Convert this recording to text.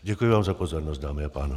Děkuji vám za pozornost, dámy a pánové.